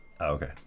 Okay